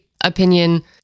opinion